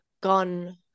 gone